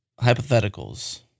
hypotheticals